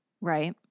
Right